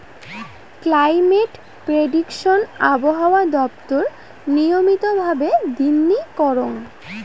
climate prediction আবহাওয়া দপ্তর নিয়মিত ভাবে দিননি করং